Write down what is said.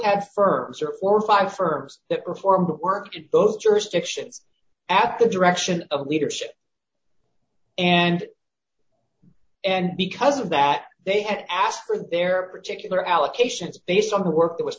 had firms or four or five firms that perform work to both jurisdictions at the direction of leadership and and because of that they had asked for their particular allocations based on the work that was